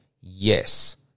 yes